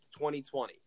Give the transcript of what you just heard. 2020